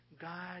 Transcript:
God